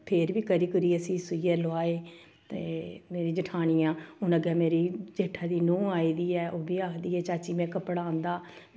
फिर बी करी कुरियै सीऽ सुइयै लोआए ते मेरी जठानियां हून अग्गें मेरी जेठै दी नूंह् आई दी ऐ ओह् बी आखदी ऐ चाची में कपड़ा आंदा